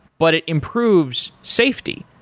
but it improves safety,